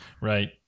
right